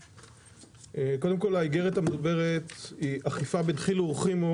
קודם כל האיגרת המדוברת היא אכיפה בדחילו ורחימו